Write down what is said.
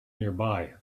nearby